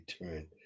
return